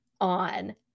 on